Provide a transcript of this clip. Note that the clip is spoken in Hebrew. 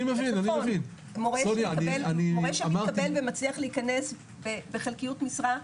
מורה שמתקבל ומצליח להיכנס בחלקיות משרה,